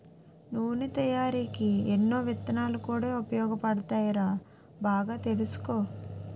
నూనె తయారికీ ఎన్నో విత్తనాలు కూడా ఉపయోగపడతాయిరా బాగా తెలుసుకో